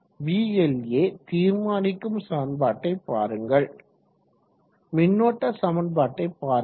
vla தீர்மானிக்கும் சமன்பாட்டை பாருங்கள் மின்னோட்ட சமன்பாட்டை பாருங்கள்